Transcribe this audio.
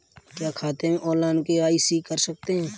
क्या खाते में ऑनलाइन के.वाई.सी कर सकते हैं?